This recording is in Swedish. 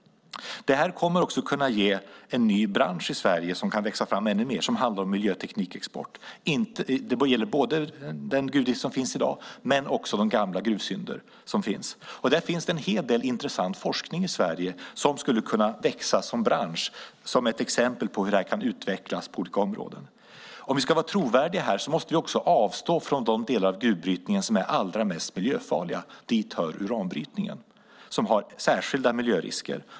Det här kommer också att kunna ge en ny bransch i Sverige som kan växa fram ännu mer. Det handlar om miljöteknikexport vad gäller både den gruvdrift som finns i dag och också de gamla gruvsynder som finns. Där finns det en hel del intressant forskning i Sverige som skulle kunna växa som bransch, som ett exempel på hur det här kan utvecklas på olika områden. Om vi ska vara trovärdiga här måste vi också avstå från de delar av gruvbrytningen som är allra mest miljöfarliga. Dit hör uranbrytningen, som har särskilda miljörisker.